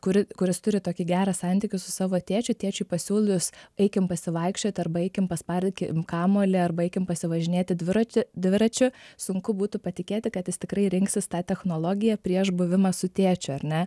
kuri kuris turi tokį gerą santykį su savo tėčiu tėčiui pasiūlius eikim pasivaikščioti arba eikim paspardykim kamuolį arba eikim pasivažinėti dviratį dviračiu sunku būtų patikėti kad jis tikrai rinksis tą technologiją prieš buvimą su tėčiu ar ne